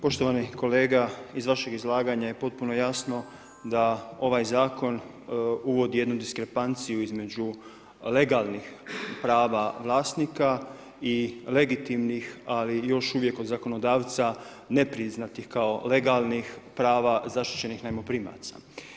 Poštovani kolega iz vašeg izlaganja je potpuno jasno da ovaj zakon uvodi jednu diskrepanciju između legalnih prava vlasnika i legitimnih ali još uvijek od zakonodavca nepriznatih kao legalnih prava zaštićenih najmoprimaca.